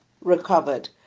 recovered